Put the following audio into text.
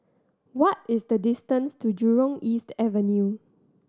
what is the distance to Jurong East Avenue